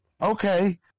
okay